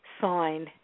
sign